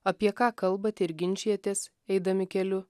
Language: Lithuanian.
apie ką kalbate ir ginčijatės eidami keliu